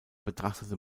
betrachtete